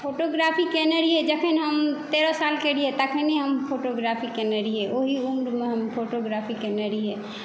photography केनय रहिय जखन हम तेरह सालक रहिय तखने हम फोटोग्राफी केनय रहिय ओहि उम्रमे हम फोटोग्राफी केनय रहिय